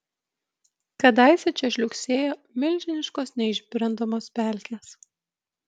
kadaise čia žliugsėjo milžiniškos neišbrendamos pelkės